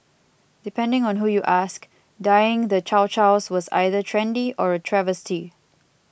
depending on who you ask dyeing the Chow Chows was either trendy or a travesty